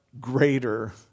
greater